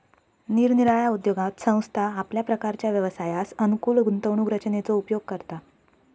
निरनिराळ्या उद्योगात संस्था आपल्या प्रकारच्या व्यवसायास अनुकूल गुंतवणूक रचनेचो उपयोग करता